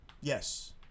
Yes